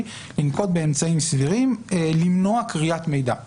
לנקוט באמצעים סבירים למנוע קריאת מידע,